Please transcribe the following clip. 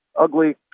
ugly